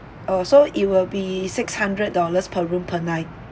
oh so it will be six hundred dollars per room per night